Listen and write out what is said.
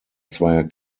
zweier